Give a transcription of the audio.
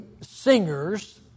singers